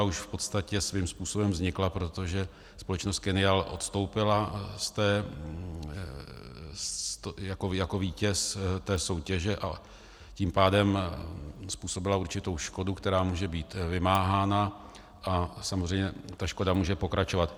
Už v podstatě svým způsobem vznikla, protože společnost Kennial odstoupila jako vítěz té soutěže, a tím pádem způsobila určitou škodu, která může být vymáhána, a samozřejmě ta škoda může pokračovat.